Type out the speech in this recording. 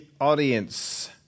audience